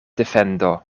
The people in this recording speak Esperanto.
defendo